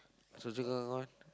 Choa-Chu-Kang all